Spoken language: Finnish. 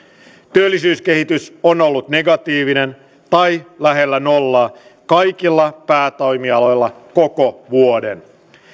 työllisyyskehitys on ollut negatiivinen tai lähellä nollaa kaikilla päätoimialoilla koko vuoden